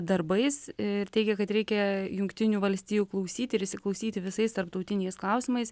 darbais ir teigia kad reikia jungtinių valstijų klausyti ir įsiklausyti visais tarptautiniais klausimais